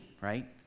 right